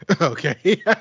Okay